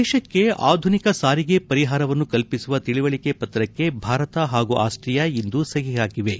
ದೇಶಕ್ಕೆ ಆಧುನಿಕ ಸಾರಿಗೆ ಪರಿಹಾರವನ್ನು ಕಲ್ಪಿಸುವ ತಿಳುವಳಿಕೆ ಪತ್ರಕ್ಕೆ ಭಾರತ ಹಾಗೂ ಆಸ್ಟಿಯಾ ಇಂದು ಸಹಿ ಹಾಕಿವೆ